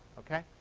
ok?